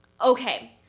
Okay